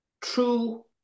true